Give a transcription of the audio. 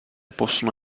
possono